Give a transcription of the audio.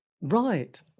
Right